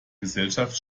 gesellschaft